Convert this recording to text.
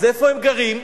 אז איפה הם גרים?